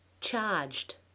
Charged